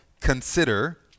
consider